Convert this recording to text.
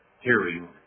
hearing